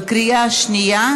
בקריאה שנייה,